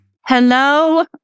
Hello